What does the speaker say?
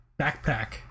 backpack